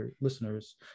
listeners